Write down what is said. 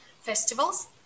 festivals